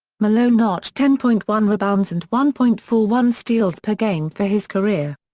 malone notched ten point one rebounds and one point four one steals per game for his career.